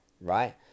right